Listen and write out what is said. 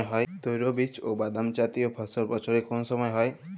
তৈলবীজ ও বাদামজাতীয় ফসল বছরের কোন সময় হয়?